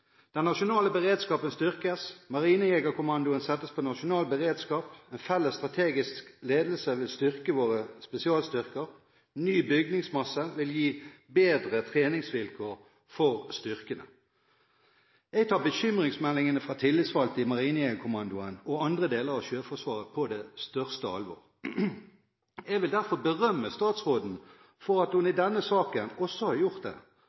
Den nasjonale beredskapen styrkes. Marinejegerkommandoen settes på nasjonal beredskap. En felles strategisk ledelse vil styrke våre spesialstyrker. Ny bygningsmasse vil gi bedre treningsvilkår for styrkene. Jeg tar bekymringsmeldingene fra tillitsvalgte i Marinejegerkommandoen og andre deler av Sjøforsvaret på det største alvor. Jeg vil derfor berømme statsråden for at hun i denne saken også har gjort det,